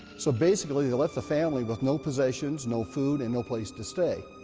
so basically, they left the family with no possessions, no food, and no place to stay.